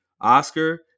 oscar